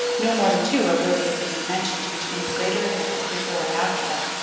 no more than two are worthy of being mentioned between the greater events before and after them.